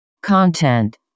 Content